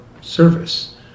service